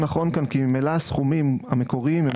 מה שאנחנו מציעים זה לומר שחייל המילואים ישלם